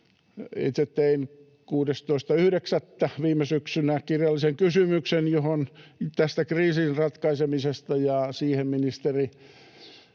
Itse tein 16.9. viime syksynä kirjallisen kysymyksen tästä kriisin ratkaisemisesta, ja siihen ministeri